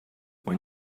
when